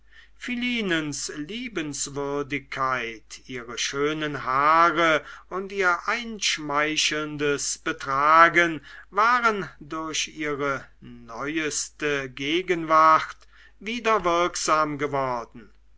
liebenswürdigkeit ihre schönen haare und ihr einschmeichelndes betragen waren durch ihre neueste gegenwart wieder wirksam geworden